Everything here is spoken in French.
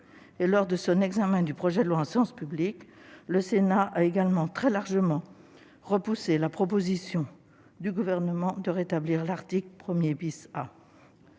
lors de l'examen du projet de loi en séance publique, le Sénat a aussi très largement repoussé la proposition du Gouvernement de rétablir l'article 1 A.